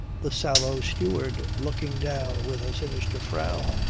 the sallow steward looking down with a sinister frown,